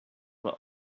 were